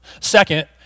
Second